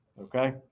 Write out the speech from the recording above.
okay